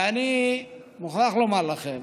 ואני מוכרח לומר לכם